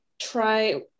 try